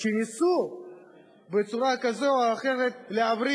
שניסו בצורה כזאת או אחרת להבריא